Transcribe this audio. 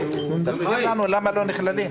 תסביר לנו למה לא נכללים.